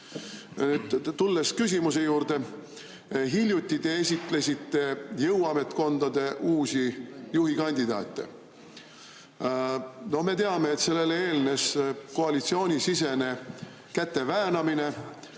palve. Tulles küsimuse juurde, siis hiljuti te esitlesite jõuametkondade uusi juhikandidaate. Me teame, et sellele eelnes koalitsioonisisene käte väänamine.